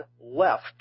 left